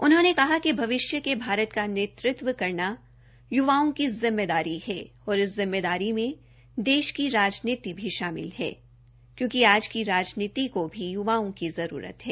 उनहोंने कहा कि भविष्य के भारत का नेतृत्व करना यवाओं की जिम्मेदारी है और इस जिम्मेदारी में देश की राजनीति भी शामिल है क्योंकि आज की राजनीति को भी य्वाओं की जरूरत है